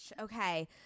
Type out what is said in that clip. Okay